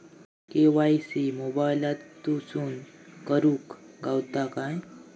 KYC मोबाईलातसून करुक गावता काय?